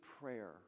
prayer